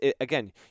Again